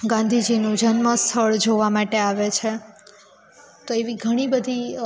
ગાંધીજીનું જન્મ સ્થળ જોવા માટે આવે છે તો એવી ઘણી બધી